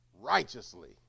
righteously